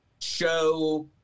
show